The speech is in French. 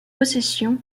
possessions